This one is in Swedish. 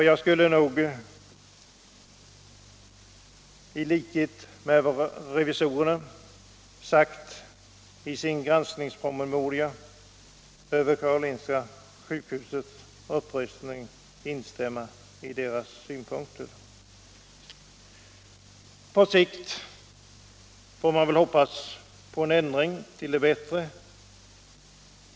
Jag vill nog instämma i riksdagens revisorers synpunkter i deras granskningspromemoria över Karolinska sjukhusets upprustning. På sikt får man hoppas på en ändring till det bättre.